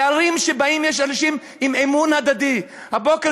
בערים שבהן יש אנשים עם אמון הדדי הבוקר